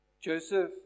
Joseph